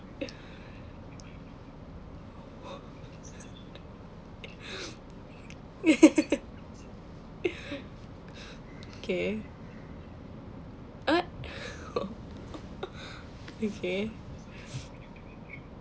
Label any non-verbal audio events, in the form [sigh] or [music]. [laughs] [laughs] okay what oh [laughs] okay [noise]